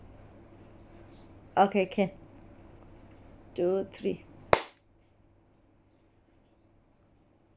okay can two three